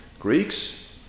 Greeks